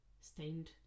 stained